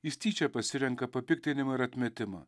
jis tyčia pasirenka papiktinimą ir atmetimą